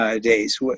days